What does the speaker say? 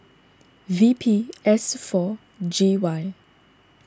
V P S four G Y